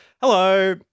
Hello